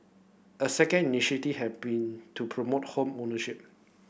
a second initiative have been to promote home ownership